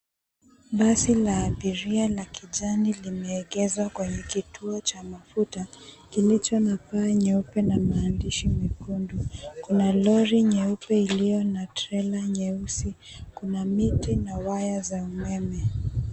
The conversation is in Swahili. Basi la abiria la kijani limeegezwa kwenye kituo cha mafuta kilicho na paa nyeupe na maandishi mekundu, kuna lori nyeupe iliyo na trela nyeusi, kuna miti na nyaya za umeme.